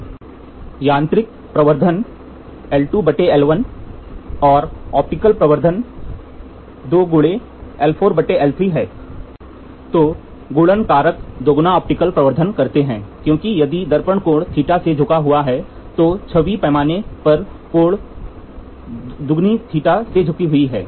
• यांत्रिक प्रवर्धन • ऑप्टिकल प्रवर्धन 2 × तो गुणन कारक दोगुना ऑप्टिकल प्रवर्धन कहते हैं क्योंकि यदि दर्पण कोण θ ° से झुका हुआ है तो छवि पैमाने पर कोण 2θ ° से झुकी हुई है